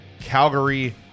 Calgary